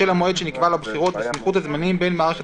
בשל המועד שנקבע לבחירות וסמיכות הזמנים בין מערכת